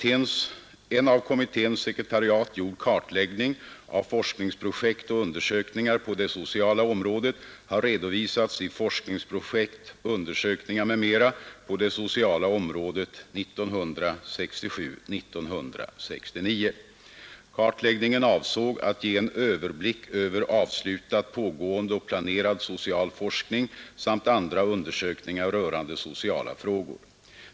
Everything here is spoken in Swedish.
En av kommitténs sekretariat gjord kartläggning av forskningsprojekt och undersökningar på det sociala området har redovisats i Forskningsprojekt, undersökningar m. m, på det sociala området 1967—1969 . Kartläggningen avsåg att ge en överblick över avslutad, pågående och planerad social forskning samt andra undersökningar rörande sociala frågor.